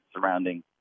surrounding